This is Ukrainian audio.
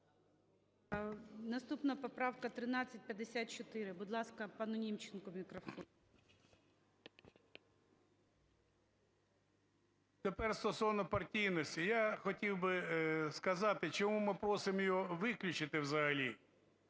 Наступна поправка – 1354. Будь ласка, пану Німченку мікрофон. 13:49:57 НІМЧЕНКО В.І. Тепер стосовно партійності. Я хотів би сказати, чому ми просимо його виключити взагалі.